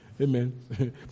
Amen